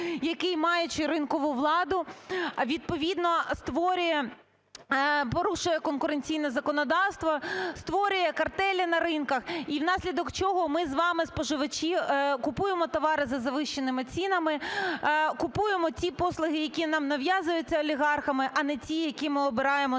який, маючи ринкову владу, відповідно створює, порушує конкуренційне законодавство, створює картелі на ринках і внаслідок чого ми з вами – споживачі купуємо товари за завищеними цінами, купуємо ті послуги, які нам нав'язуються олігархами, а не ті, які ми обираємо